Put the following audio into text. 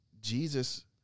Jesus